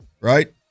Right